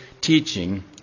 teaching